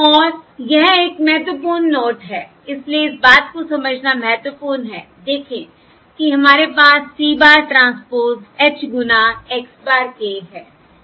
और यह एक महत्वपूर्ण नोट है इसलिए इस बात को समझना महत्वपूर्ण है देखें कि हमारे पास C bar ट्रांसपोज़ H गुना x bar k है